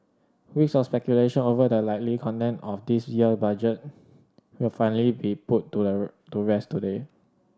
weeks of speculation over the likely content of this year Budget will finally be put to to rest today